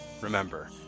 remember